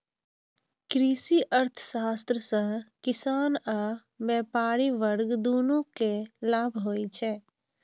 कृषि अर्थशास्त्र सं किसान आ व्यापारी वर्ग, दुनू कें लाभ होइ छै